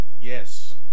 Yes